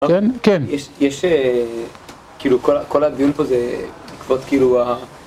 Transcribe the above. כן - יש כאילו כל הדיון פה זה עקבות כאילו ה...